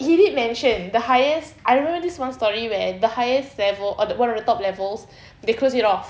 he did mention the highest I don't know whether this one story where the highest level or one of the top levels they closed it off